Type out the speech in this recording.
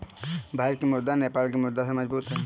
भारत की मुद्रा नेपाल की मुद्रा से मजबूत है